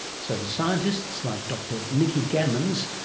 so the scientists, like dr nikki gammans,